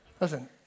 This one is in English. Listen